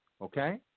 Okay